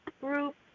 group